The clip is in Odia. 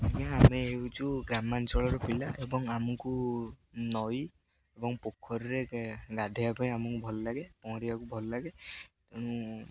ଆଜ୍ଞା ଆମେ ହେଉଛୁ ଗ୍ରାମାଞ୍ଚଳର ପିଲା ଏବଂ ଆମକୁ ନଈ ଏବଂ ପୋଖରୀରେ ରାାଧେଇବା ପାଇଁ ଆମକୁ ଭଲଲାଗେ ପହଁରିବାକୁ ଭଲଲାଗେ ତେଣୁ